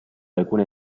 alcune